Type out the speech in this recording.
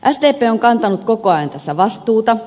sdp on kantanut koko ajan vastuuta